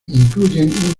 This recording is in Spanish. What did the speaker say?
incluyen